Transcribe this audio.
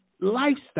lifestyle